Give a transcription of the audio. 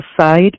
side